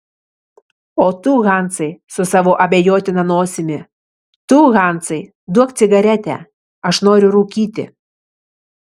o tu hansai su savo abejotina nosimi tu hansai duok cigaretę aš noriu rūkyti